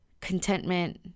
Contentment